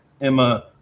Emma